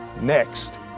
Next